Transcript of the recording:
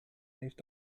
heeft